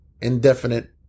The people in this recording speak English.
indefinite